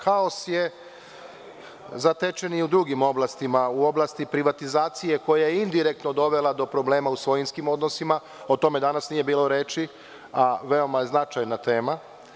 Haos je zatečen i u drugim oblastima, u oblasti privatizacije koja je indirektno dovela do problema u svojinskim odnosima, o tome danas nije bilo reči, a veoma je značajna tema.